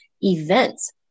events